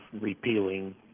repealing